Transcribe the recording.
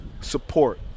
support